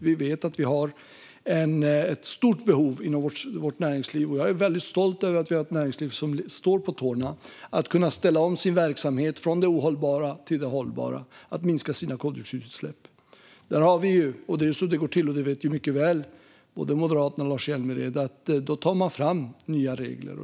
Vi vet att vi har ett stort behov inom vårt näringsliv - och jag är väldigt stolt över att vi har ett näringsliv som är på tårna - av att kunna ställa om verksamheten från det ohållbara till det hållbara och att minska koldioxidutsläppen. Då går det till så - det vet både Lars Hjälmered och Moderaterna mycket väl - att man tar fram nya regler.